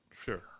Sure